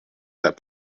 that